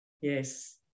Yes